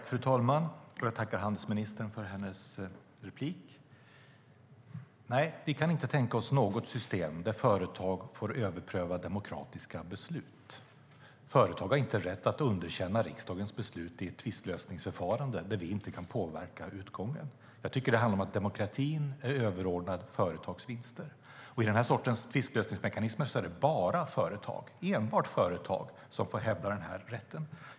Fru talman! Jag tackar handelsministern för hennes kommentarer. Nej, vi kan inte tänka oss något system där företag får överpröva demokratiska beslut. Företag har inte rätt att underkänna riksdagens beslut i ett tvistlösningsförfarande där vi inte kan påverka utgången. Det handlar om att demokratin är överordnad företags vinster. I den här sortens tvistlösningsmekanismer är det bara företag, enbart företag, som får hävda denna rätt.